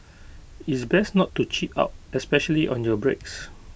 it's best not to cheap out especially on your brakes